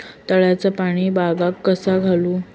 तळ्याचा पाणी बागाक कसा घालू?